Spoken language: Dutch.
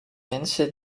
mensen